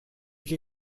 che